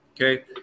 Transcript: Okay